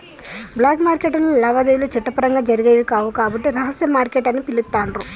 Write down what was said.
black మార్కెట్టులో లావాదేవీలు చట్టపరంగా జరిగేవి కావు కాబట్టి రహస్య మార్కెట్ అని పిలుత్తాండ్రు